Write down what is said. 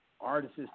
Artists